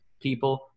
people